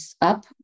up